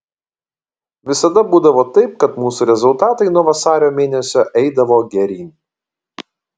visada būdavo taip kad mūsų rezultatai nuo vasario mėnesio eidavo geryn